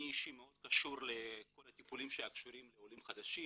אני אישית מאוד קשור לכל הטיפולים הקשורים לעולים חדשים,